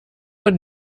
und